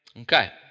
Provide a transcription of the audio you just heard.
Okay